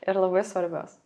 ir labai svarbios